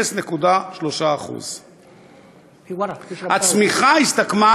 0.3%. הצמיחה הסתכמה